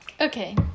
Okay